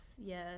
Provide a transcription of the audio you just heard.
yes